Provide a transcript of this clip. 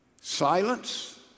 silence